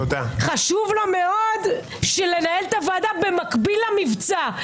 חשוב לו מאוד לנהל את הוועדה במקביל למבצע.